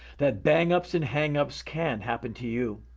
that bang-ups and hang-ups can happen to you.